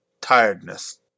tiredness